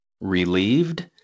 relieved